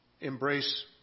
Embrace